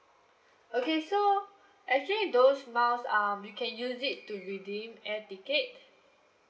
okay so actually those miles um you can use it to redeem air ticket